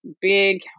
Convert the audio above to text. Big